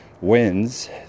wins